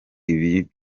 ibi